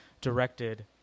directed